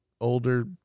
older